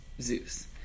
Zeus